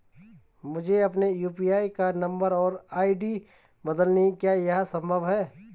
मुझे अपने यु.पी.आई का नम्बर और आई.डी बदलनी है क्या यह संभव है?